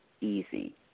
easy